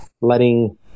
letting